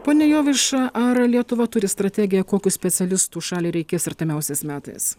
pone jovaiša ar lietuva turi strategiją kokių specialistų šaliai reikės artimiausiais metais